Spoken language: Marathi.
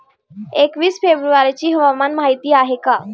एकवीस फेब्रुवारीची हवामान माहिती आहे का?